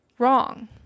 wrong